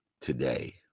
today